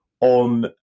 on